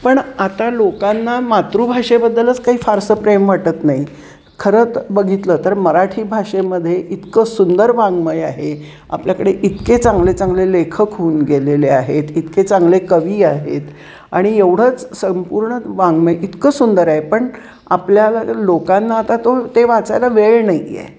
पण आता लोकांना मातृभाषेबद्दलच काही फारसं प्रेम वाटत नाही खरंच बघितलं तर मराठी भाषेमध्ये इतकं सुंदर वाङ्मय आहे आपल्याकडे इतके चांगले चांगले लेखक होऊन गेलेले आहेत इतके चांगले कवी आहेत आणि एवढंच संपूर्ण वाङ्मय इतकं सुंदर आहे पण आपल्याला लोकांना आता तो ते वाचायला वेळ नाही आहे